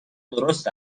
درست